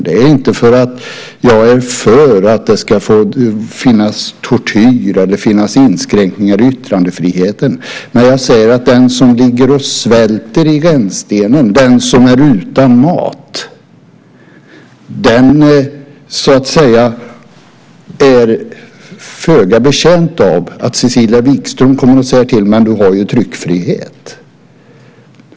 Det är inte för att jag är för att det ska finnas tortyr eller inskränkningar i yttrandefriheten. Men jag säger att den som ligger och svälter i rännstenen, den som är utan mat, den är föga betjänt av att Cecilia Wikström säger: "Du har ju tryckfrihet."